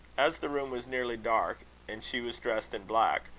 as the room was nearly dark, and she was dressed in black,